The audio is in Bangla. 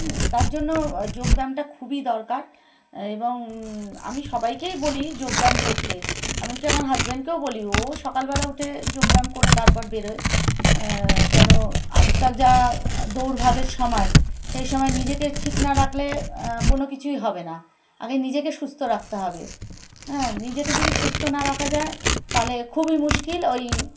হুম তার জন্য যোগব্যায়ামটা খুবই দরকার এবং আমি সবাইকেই বলি যোগব্যায়াম করতে এমনকি আমার হাজব্যান্ডকেও বলি ও সকালবেলা উঠে যোগব্যায়াম করে তারপর বেরোয় কেন আজকাল যা দৌড়ভাগের সময় সেই সময় নিজেকে ঠিক না রাখলে কোনো কিছুই হবে না আগে নিজেকে সুস্থ রাখতে হবে হ্যাঁ নিজেকে যদি সুস্থ না রাখা যায় তাহলে খুবই মুশকিল ওই